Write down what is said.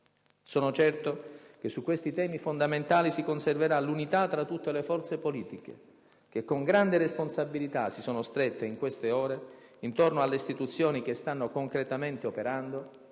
Sono certo che su questi temi fondamentali si conserverà l'unità tra tutte le forze politiche, che con grande responsabilità si sono strette, in queste ore, intorno alle istituzioni che stanno concretamente operando,